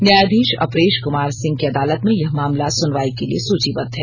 न्यायाधीश अपरेश कुमार सिंह की अदालत में यह मामला सुनवाई के लिए सूचीबद्द है